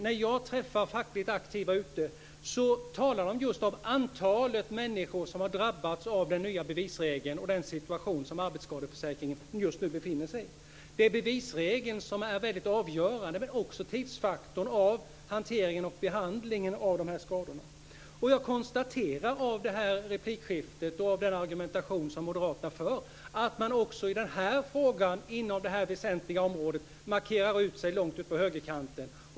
När jag är ute och träffar fackligt aktiva talar de just om det stora antal människor som drabbats av den nya bevisregeln och den situation som arbetsskadeförsäkringen nu befinner sig i. Bevisregeln är väldigt avgörande, men också tidsfaktorn för hanteringen och behandlingen av de här skadorna. Jag konstaterar av detta replikskifte och av den argumentation som Moderaterna för att man också i den här frågan, inom det här väsentliga området, markerar ut sig långt ut på högerkanten.